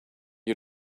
you